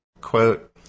quote